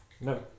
no